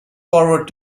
forward